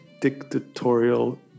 dictatorial